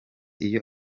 iyo